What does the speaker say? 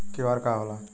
QR का होला?